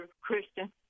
Christian